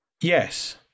Yes